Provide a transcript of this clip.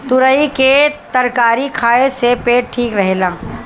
तुरई के तरकारी खाए से पेट ठीक रहेला